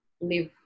live